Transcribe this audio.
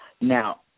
Now